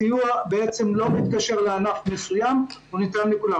הסיוע לא מתקשר לענף מסוים, אלא ניתן לכולם.